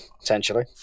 Potentially